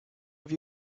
have